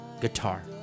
Guitar